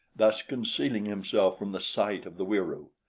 thus concealing himself from the sight of the wieroo.